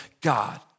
God